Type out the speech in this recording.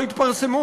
לא יתפרסמו,